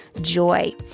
joy